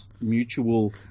mutual